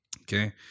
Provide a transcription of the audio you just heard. Okay